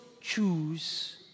choose